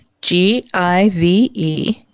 G-I-V-E